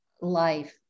life